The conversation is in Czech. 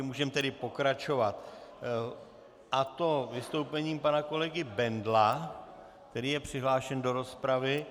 Můžeme tedy pokračovat, a to vystoupením pana kolegy Bendla, který je přihlášen do rozpravy.